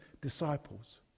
disciples